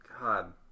God